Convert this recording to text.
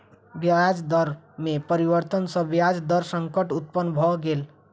ब्याज दर में परिवर्तन सॅ ब्याज दर संकट उत्पन्न भ गेल